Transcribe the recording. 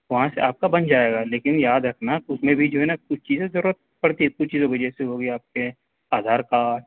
وہاں سے آپ کا بن جائے گا لیکن یاد رکھنا اس میں بھی جو ہے نا کچھ چیزیں ضرورت پڑتی ہے کچھ چیزوں کی جیسے ہو گئے آپ کے آدھار کارڈ